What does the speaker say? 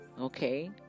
Okay